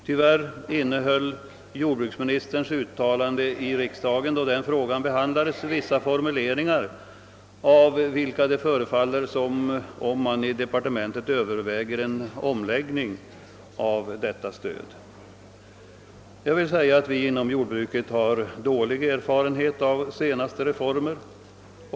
Tyvärr innehöll jordbruksministerns uttalande här i riksdagen, när denna fråga behandlades, vissa formuleringar av vilka det förefaller som om man i departementet överväger en omläggning av stödet. Inom jordbruket har vi dålig erfarenhet av de senaste reformerna.